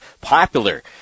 popular